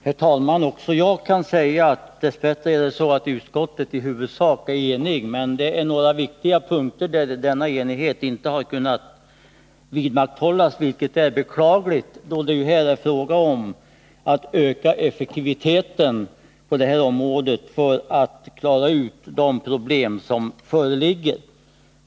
Herr talman! Också jag kan säga att utskottet dess bättre i huvudsak är enigt. Men på några viktiga punkter har enigheten inte kunnat vidmakthållas, vilket är beklagligt, då det här är fråga om att öka effektiviteten på detta område för att klara ut de problem som föreligger.